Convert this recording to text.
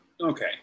okay